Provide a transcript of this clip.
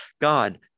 god